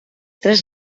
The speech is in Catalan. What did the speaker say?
tres